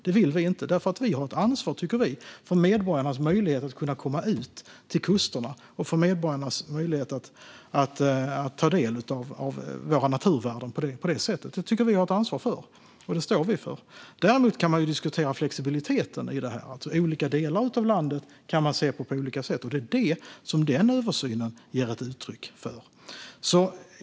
Det vill vi inte eftersom vi anser att vi har ansvar för medborgarnas möjligheter att komma ut till kusterna och ta del av våra naturvärden. Det står vi för. Däremot kan man diskutera flexibiliteten. I olika delar av landet kan man se på denna fråga på olika sätt. Det ger den översynen ett uttryck för.